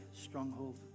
stronghold